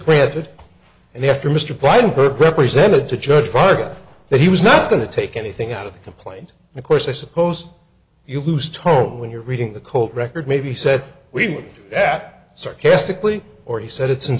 granted and after mr brian burke represented to judge fargo that he was not going to take anything out of the complaint of course i suppose you lose tone when you're reading the cold record maybe said we've that sarcastically or he said it's